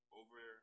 over